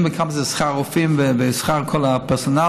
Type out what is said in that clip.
וכמה זה שכר רופאים והשכר של כל הפרסונל,